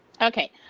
okay